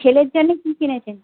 ছেলের জন্যে কী কিনেছেন